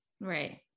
right